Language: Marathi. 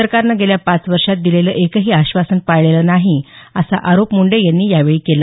सरकारनं गेल्या पाच वर्षात दिलेलं एकही आश्वासन पाळलेलं नाही असा आरोप मुंडे यांनी यावेळी केला